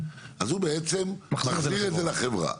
אז הוא בעצם מחזיר את זה לחברה.